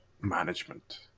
management